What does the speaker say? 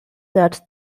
that